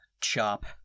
chop